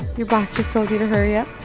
your boss just told you to hurry up?